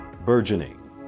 Burgeoning